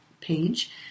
page